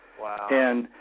Wow